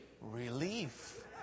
relief